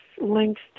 links